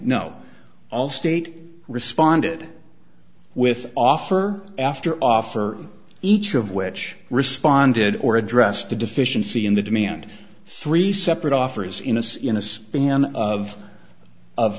no allstate responded with offer after offer each of which responded or addressed the deficiency in the demand three separate offer his innocence in a span of of